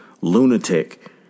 lunatic